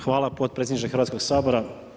Hvala potpredsjedniče Hrvatskog sabora.